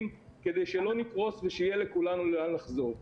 כדי שלא נקרוס ושיהיה לכולנו לאן לחזור.